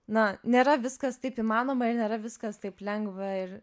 na nėra viskas taip įmanoma ir nėra viskas taip lengva ir